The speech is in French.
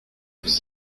vous